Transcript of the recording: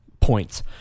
points